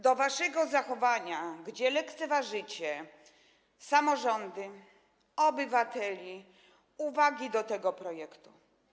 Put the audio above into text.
do waszego zachowania, ponieważ lekceważycie samorządy, obywateli, uwagi do tego projektu.